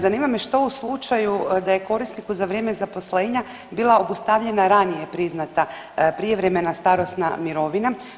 Zanima me što u slučaju da je korisniku za vrijeme zaposlenja bila obustavljena ranije priznata prijevremena starosna mirovina?